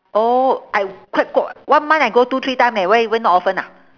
oh I quite q~ one month I go two three time leh why you went not often ah